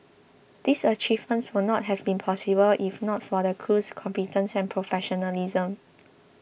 these achievements would not have been possible if not for the crew's competence and professionalism